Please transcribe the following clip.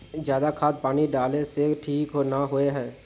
ज्यादा खाद पानी डाला से ठीक ना होए है?